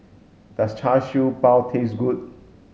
does Char Siew Bao taste good